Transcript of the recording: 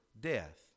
death